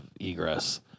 egress